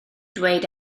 dweud